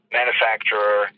manufacturer